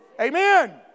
Amen